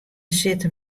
sitte